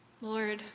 Lord